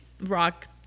rock